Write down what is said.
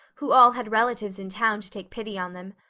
who all had relatives in town to take pity on them.